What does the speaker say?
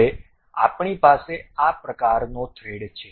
હવે આપણી પાસે આ પ્રકારનો થ્રેડ છે